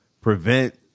prevent